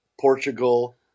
portugal